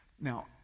Now